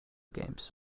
games